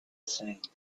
thing